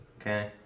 Okay